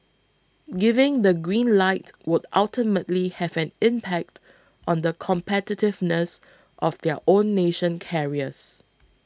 giving the green light would ultimately have an impact on the competitiveness of their own nation carriers